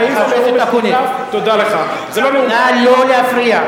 האם זה נאום, זה לא נאום, נא לא להפריע.